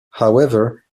however